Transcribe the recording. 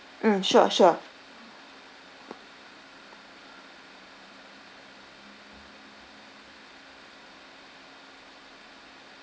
mm sure sure mm